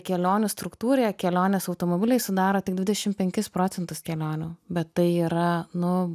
kelionių struktūroje kelionės automobiliais sudaro tik dvidešimt penkis procentus kelionių bet tai yra nu